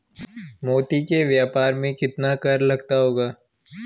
मोती के व्यापार में कितना कर लगता होगा?